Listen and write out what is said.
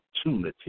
opportunity